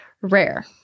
rare